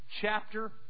chapter